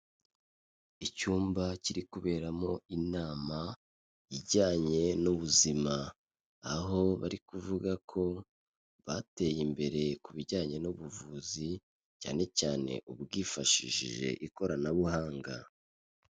Icyumba kiri kuberamo inama ijyanye n'ubuzima, aho bari kuvugako bateye imbere ku bijyanye n'ubuvuzi cyane cyane ubwifashishije ikoranabuhanga.